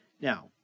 Now